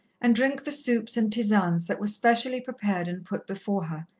and drink the soups and tisanes that were specially prepared and put before her,